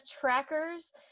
Trackers